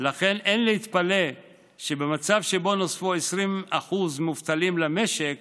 אין להתפלא שבמצב שבו נוספו 20% מובטלים למשק